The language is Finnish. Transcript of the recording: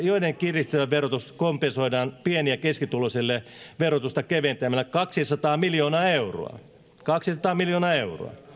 joiden kiristyvä verotus kompensoidaan pieni ja keskituloisille keventämällä verotusta kaksisataa miljoonaa euroa kaksisataa miljoonaa euroa